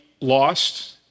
lost